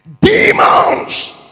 Demons